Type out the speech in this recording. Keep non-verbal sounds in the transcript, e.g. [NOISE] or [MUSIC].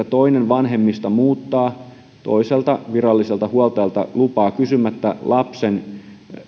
[UNINTELLIGIBLE] toinen vanhemmista muuttaa toiselta viralliselta huoltajalta lupaa kysymättä toiselle ilmoittamatta lapsen